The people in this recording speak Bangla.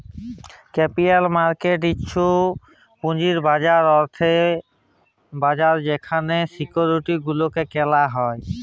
ক্যাপিটাল মার্কেট হচ্ছ পুঁজির বাজার বা আর্থিক বাজার যেখালে সিকিউরিটি গুলা কেলা হ্যয়